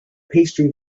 pastry